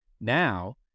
Now